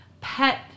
pet